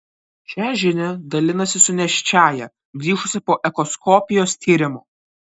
šia žinia dalinasi su nėščiąja grįžusia po echoskopijos tyrimo